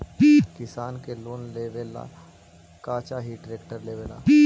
किसान के लोन लेबे ला का चाही ट्रैक्टर लेबे ला?